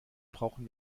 brauchen